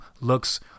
looks